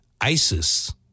ISIS